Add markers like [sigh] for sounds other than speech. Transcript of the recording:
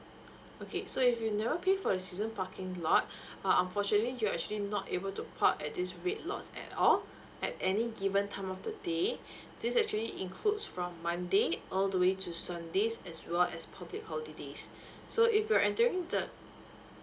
okay so if you never pay for a season parking lot [breath] uh unfortunately you actually not able to park at this rate lot at all at any given time of the day [breath] this actually includes from monday all the way to sundays as well as public holidays [breath] so if you're entering the